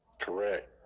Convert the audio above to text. Correct